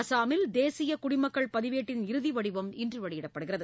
அஸ்ஸாமில் தேசிய குடிமக்கள் பதிவேட்டின் இறுதி வடிவம் இன்று வெளியிடப்படுகிறது